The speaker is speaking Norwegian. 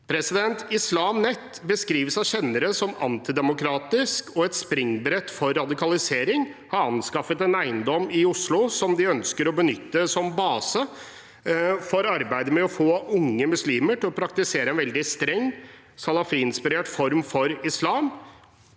Net, som beskrives av kjennere som antidemokratisk og et springbrett for radikalisering, har anskaffet en eiendom i Oslo som de ønsker å benytte som base for arbeidet med å få unge muslimer til å praktisere en veldig streng salafi-inspirert form for islam.